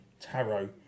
tarot